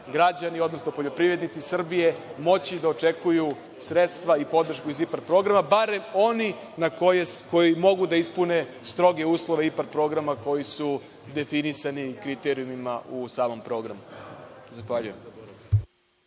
odnosno poljoprivrednici Srbije moći da očekuju sredstva i podršku iz IPARD programa, barem oni koji mogu da ispune stroge uslove IPARD programa, koji su definisani kriterijumima u samom programu. Zahvaljujem.